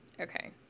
Okay